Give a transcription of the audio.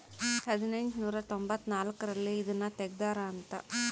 ಹದಿನೆಂಟನೂರ ತೊಂಭತ್ತ ನಾಲ್ಕ್ ರಲ್ಲಿ ಇದುನ ತೆಗ್ದಾರ ಅಂತ